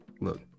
look